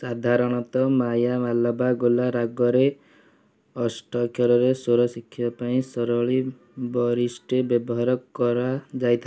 ସାଧାରଣତଃ ମାୟାମାଲବାଗୋଲା ରାଗରେ ଅଷ୍ଟକ୍ୟରରେ ସ୍ଵର ଶିଖିବା ପାଇଁ ସରଳୀ ବରିଷ୍ଟେ ବ୍ୟବହାର କରାଯାଇଥାଏ